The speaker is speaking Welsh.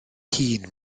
hun